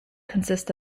consists